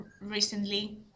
recently